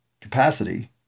capacity